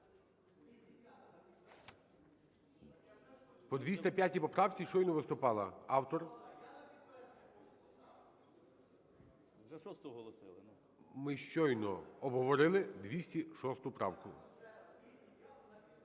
По 205 поправці щойно виступала автор. Ми щойно обговорили 206 правку.